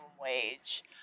wage